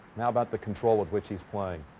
now, about the control of which he is playing.